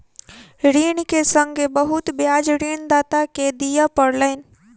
ऋण के संगै बहुत ब्याज ऋणदाता के दिअ पड़लैन